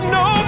no